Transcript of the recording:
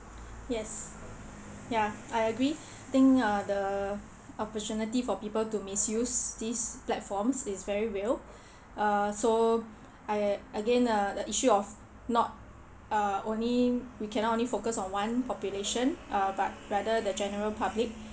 yes ya I agree think uh the opportunity for people to misuse this platform is very real uh so I again uh the issue of not uh only we cannot only focus on one population uh but rather the general public